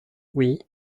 oui